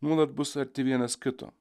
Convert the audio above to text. nuolat bus arti vienas kito